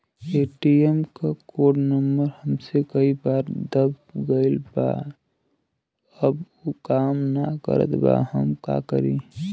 ATM क code number हमसे कई बार दब गईल बा अब उ काम ना करत बा हम का करी?